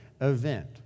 event